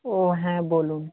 ও হ্যাঁ বলুন